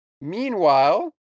Meanwhile